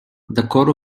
d’accordo